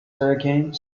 hurricanes